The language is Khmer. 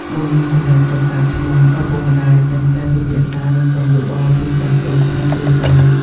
មុននឹងសម្រេចចិត្តដាក់ឈ្មោះ ឪពុកម្តាយតែងតែពិភាក្សា និងសុំយោបល់ពីចាស់ទុំក្នុងគ្រួសារ។